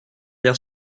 hier